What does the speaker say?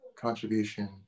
contribution